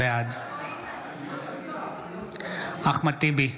בעד אחמד טיבי,